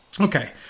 Okay